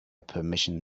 permission